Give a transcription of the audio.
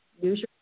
Use